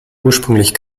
ursprünglich